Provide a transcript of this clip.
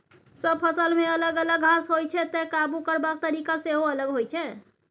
सब फसलमे अलग अलग घास होइ छै तैं काबु करबाक तरीका सेहो अलग होइ छै